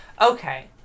Okay